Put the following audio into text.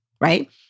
right